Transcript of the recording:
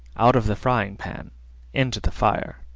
out of the frying-pan into the fire.